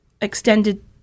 extended